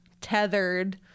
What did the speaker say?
tethered